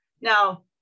Now